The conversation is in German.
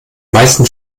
meisten